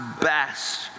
best